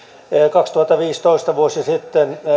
kaksituhattaviisitoista vuosi sitten